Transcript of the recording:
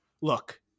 Look